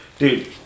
Dude